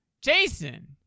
Jason